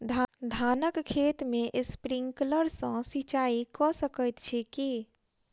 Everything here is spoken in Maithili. धानक खेत मे स्प्रिंकलर सँ सिंचाईं कऽ सकैत छी की?